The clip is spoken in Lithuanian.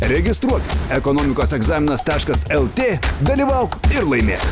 registruotis ekonomikos egzaminas taškas lt dalyvauk ir laimėk